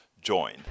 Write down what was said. join